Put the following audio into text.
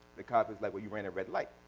the cop is like well you ran a red light.